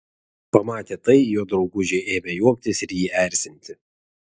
pamatę tai jo draugužiai ėmė juoktis ir jį erzinti